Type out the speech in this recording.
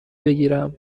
بگیرم